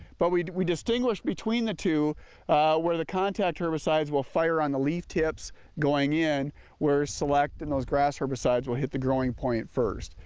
but we we distinguish between the two where the contact herbicides will fire on the leaf tips going in where select and grass herbicides will hit the growing point first.